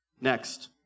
Next